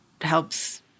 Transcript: helps